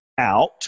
out